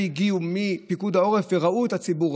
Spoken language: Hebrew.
שהגיעו מפיקוד העורף וראו את הציבור,